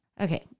Okay